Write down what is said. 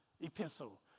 epistle